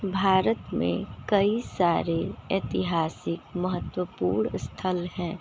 भारत में कई सारे ऐतिहासिक महत्वपूर्ण स्थल हैं